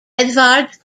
edvard